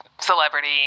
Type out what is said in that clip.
celebrity